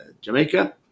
Jamaica